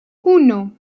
uno